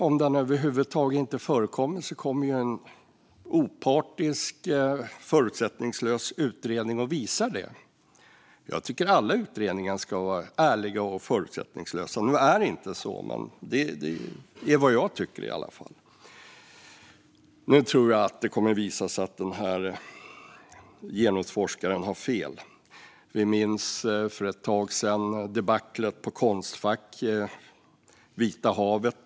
Om den över huvud taget inte förekommer kommer en opartisk och förutsättningslös utredning att visa det. Jag tycker att alla utredningar ska vara ärliga och förutsättningslösa. Nu är det inte så. Men det är vad jag tycker i alla fall. Nu tror jag att det kommer att visa sig att denna genusforskare har fel. Vi minns debaclet på Konstfack för ett tag sedan som handlade om rummet Vita havet.